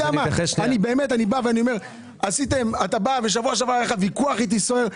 בשבוע שעבר היה לך ויכוח סוער איתי,